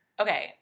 Okay